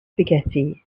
spaghetti